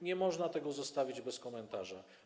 Nie można tego zostawić bez komentarza.